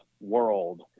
world